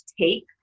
take